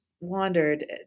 wandered